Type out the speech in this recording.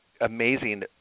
amazing